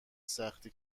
سختی